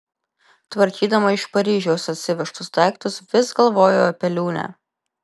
tvarkydama iš paryžiaus atsivežtus daiktus vis galvojo apie liūnę